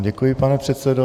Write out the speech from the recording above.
Děkuji vám, pane předsedo.